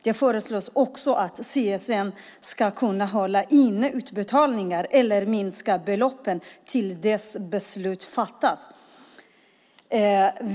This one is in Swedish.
Det föreslås också att CSN ska kunna hålla inne utbetalningar eller minska beloppen till dess att beslut fattas.